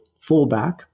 fullback